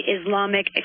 Islamic